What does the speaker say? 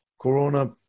Corona